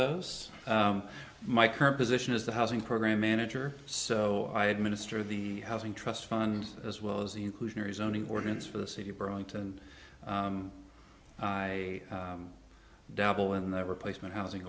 those my current position is the housing program manager so i administer the housing trust fund as well as the inclusionary zoning ordinance for the city burlington and i dabble in the replacement housing